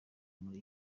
muri